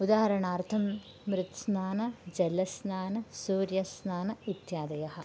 उदाहरणार्थं मृत्स्नानं जलस्नानं सूर्यस्नानं इत्यादयः